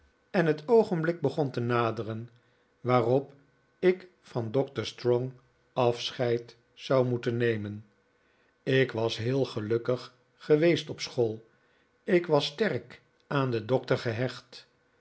en het oogenblik begon te naderen waarop ik van doctor strong afscheid zou moeten nemen ik was heel gelukkig geweest op school ik was sterk aan den doctor gehecht